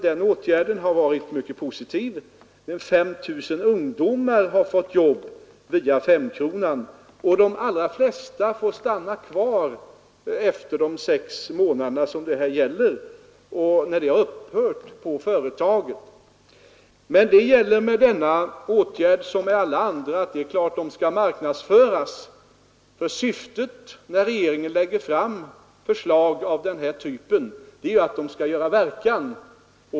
Den åtgärden har visat sig vara mycket positiv: 5 000 ungdomar har fått jobb via femkronan, och de allra flesta får stanna kvar även sedan stödet till företagen har upphört, dvs. efter sex månader. Men det gäller för denna åtgärd som för alla andra att den måste marknadsföras. Syftet när regeringen lägger fram förslag av den här typen är att de skall göra verkan.